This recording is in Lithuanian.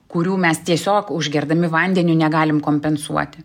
kurių mes tiesiog užgerdami vandeniu negalim kompensuoti